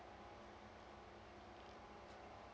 so